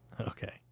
Okay